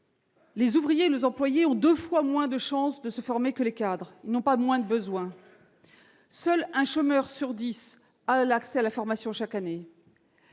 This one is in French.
les ouvriers et les employés ont deux fois moins de chances de se former que les cadres, alors qu'ils n'ont pas moins de besoins ; seul un chômeur sur dix a accès à la formation chaque année